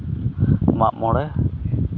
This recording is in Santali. ᱢᱟᱜ ᱢᱚᱬᱮ